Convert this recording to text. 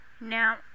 Now